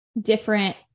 different